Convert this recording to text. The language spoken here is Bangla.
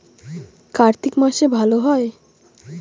কার্তিক মাসে ভালো হয়?